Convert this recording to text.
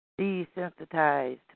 Desensitized